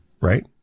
right